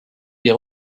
des